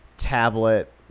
Tablet